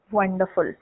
Wonderful